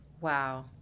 Wow